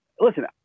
Listen